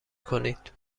کنید